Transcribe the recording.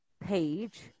page